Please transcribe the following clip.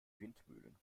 windmühlen